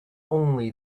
only